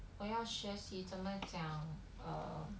我要学习怎么讲 err